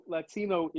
Latino